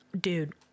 Dude